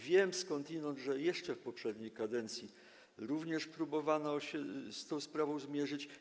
Wiem skądinąd, że jeszcze w poprzedniej kadencji również próbowano się z tą sprawą zmierzyć.